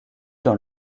dans